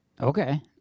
Okay